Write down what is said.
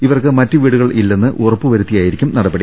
ഇവർക്ക് മറ്റ് വീടുകൾ ഇല്ലെന്ന് ഉറപ്പ് വരുത്തിയായിരിക്കും നടപടി